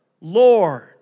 Lord